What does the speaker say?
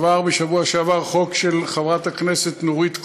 עבר בשבוע שעבר חוק של חברת הכנסת נורית קורן,